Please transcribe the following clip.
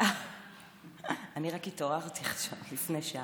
אני רק התעוררתי לפני שעה.